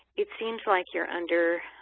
it seems like you're under,